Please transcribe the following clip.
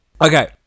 Okay